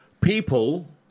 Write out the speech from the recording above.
people